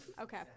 Okay